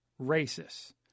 racists